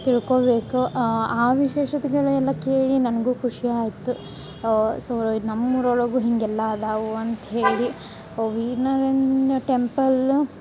ತಿಳ್ಕೊಬೇಕು ಆ ವಿಶೇಷತೆಗಳೆಲ್ಲ ಕೇಳಿ ನನಗೂ ಖುಷಿ ಆಯ್ತ್ ಸೊ ನಮ್ಮೂರೊಳಗೂ ಹೀಗೆಲ್ಲ ಅದಾವು ಅಂತ್ಹೇಳಿ ವೀರ ನಾರಾಯಣ ಟೆಂಪಲ್